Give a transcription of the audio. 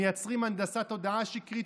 מייצרים הנדסת תודעה שקרית,